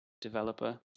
developer